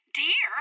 dear